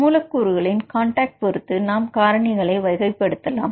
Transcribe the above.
மூலக்கூறுகளின் காண்டாக்ட் பொறுத்து நாம் காரணிகளை வகைப்படுத்தலாம்